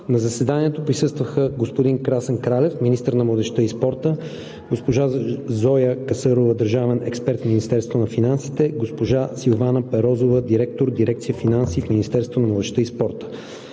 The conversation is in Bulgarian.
На заседанието присъстваха господин Красен Кралев – министър на младежта и спорта, госпожа Зоя Касърова – държавен експерт в Министерството на финансите, госпожа Силвана Перозова – директор дирекция „Финанси“ в Министерството на младежта и спорта.